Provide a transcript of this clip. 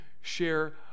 share